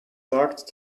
sagt